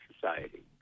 society